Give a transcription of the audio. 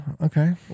Okay